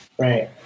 Right